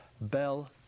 bell